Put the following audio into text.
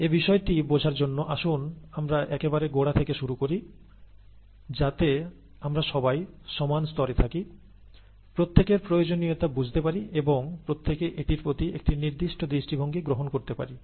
এ বিষয়টি বোঝার জন্য আসুন আমরা একেবারে গোড়া থেকে শুরু করি যাতে আমরা সবাই সমান স্তরে থাকি প্রত্যেকের প্রয়োজনীয়তা বুঝতে পারি এবং প্রত্যেকে এটির প্রতি একটি নির্দিষ্ট দৃষ্টিভঙ্গি গ্রহণ করতে পারে